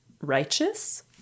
righteous